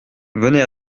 venez